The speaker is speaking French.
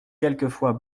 quelquefois